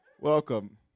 Welcome